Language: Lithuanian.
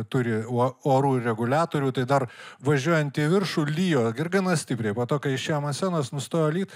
turi uo orų reguliatorių tai dar važiuojant į viršų lijo ir gana stipriai po to kai išėjom ant scenos nustojo lyt